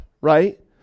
right